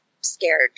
scared